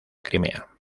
crimea